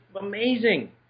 amazing